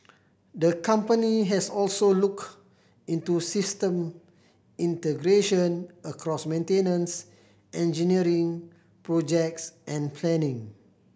the company has also looked into system integration across maintenance engineering projects and planning